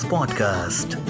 Podcast